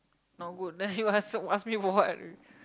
not good then you ask ask me what